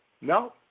No